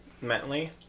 Mentally